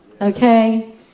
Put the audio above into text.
Okay